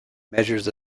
measures